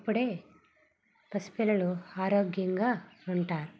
అప్పుడే పసిపిల్లలు ఆరోగ్యంగా ఉంటారు